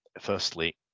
firstly